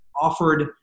Offered